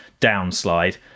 downslide